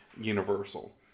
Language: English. universal